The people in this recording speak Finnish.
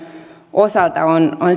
osalta on